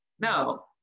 No